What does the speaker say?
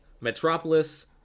Metropolis